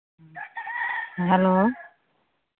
hello